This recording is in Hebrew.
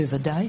בוודאי.